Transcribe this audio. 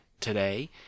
today